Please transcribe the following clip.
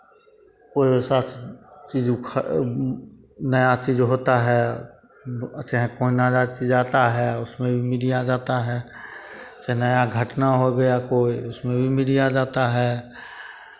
कोई ऐसा चीज़ नया चीज़ होता है चाहे कोई नया चीज़ आता है उसमें भी मीडिया जाता है चाहे नया घटना हो गया कोई उसमें भी मीडिया जाता है